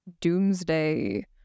doomsday